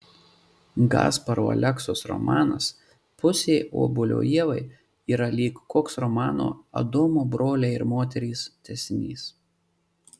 gasparo aleksos romanas pusė obuolio ievai yra lyg koks romano adomo broliai ir moterys tęsinys